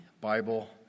Bible